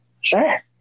Sure